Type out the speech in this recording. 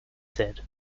said